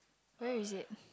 where is it